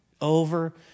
over